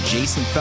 Jason